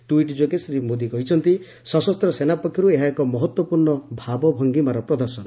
tweet ଯୋଗେ ଶ୍ରୀ ମୋଦୀ କହିଛନ୍ତି ସଶସ୍ତ ସେନା ପକ୍ଷରୁ ଏହା ଏକ ମହତ୍ୱପୂର୍ଣ୍ଣ ଭାବଭଙ୍ଗିମାର ପ୍ରଦର୍ଶନ